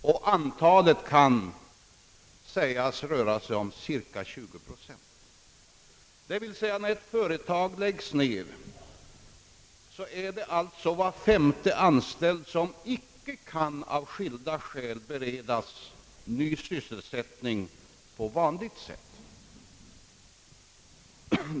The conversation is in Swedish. Det antalet rör sig om cirka 20 procent. När ett företag läggs ned kan alltså var femte anställd av skilda skäl inte beredas ny sysselsättning på vanligt sätt.